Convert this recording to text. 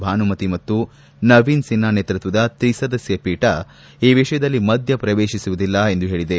ಭಾನುಮತಿ ಮತ್ತು ನವೀನ್ ಸಿನ್ಹಾ ನೇತೃತ್ವದ ತ್ರಿ ಸದಸ್ಯ ಪೀಠ ಈ ವಿಷಯದಲ್ಲಿ ಮಧ್ಯ ಪ್ರವೇಶಿಸುವುದಿಲ್ಲ ಎಂದು ಹೇಳದೆ